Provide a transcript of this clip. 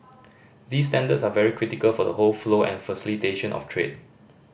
these standards are very critical for the whole flow and facilitation of trade